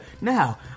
now